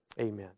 amen